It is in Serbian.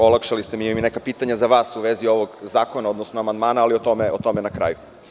Olakšali ste mi, jer imam i neka pitanja za vas u vezi ovog zakona, odnosno amandmana, ali o tome na kraju.